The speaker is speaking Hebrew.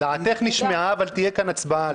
דעתך נשמעה, אבל תהיה כאן הצבעה על זה.